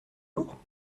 jours